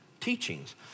teachings